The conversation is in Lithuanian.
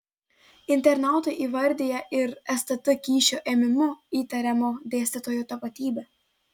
internautai įvardija ir stt kyšio ėmimu įtariamo dėstytojo tapatybę